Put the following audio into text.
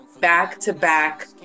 back-to-back